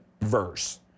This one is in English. verse